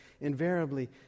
invariably